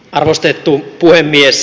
arvostettu puhemies